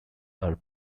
are